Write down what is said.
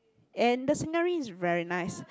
and the scenery is very nice